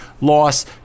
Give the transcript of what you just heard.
loss